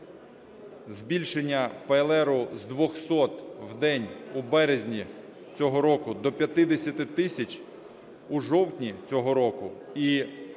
Збільшення ПЛР з 200 у день у березні цього року до 50 тисяч у жовтні цього року і цільовий